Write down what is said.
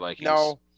no